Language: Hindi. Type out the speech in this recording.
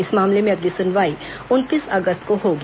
इस मामले में अगली सुनवाई उनतीस अगस्त को होगी